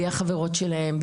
בלי החברות שלהן,